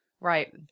right